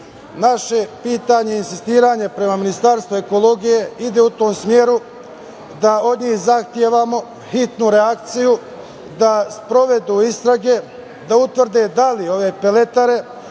19.Naše pitanje i insistiranje prema Ministarstvu ekologije ide u tom smeru da od njih zahtevamo hitnu reakciju, da sprovedu istrage, da utvrde da li ove peletare